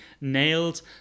nailed